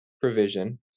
provision